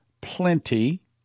plenty